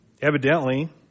evidently